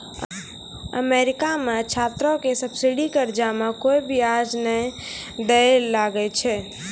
America मे छात्रो के सब्सिडी कर्जा मे कोय बियाज नै दै ले लागै छै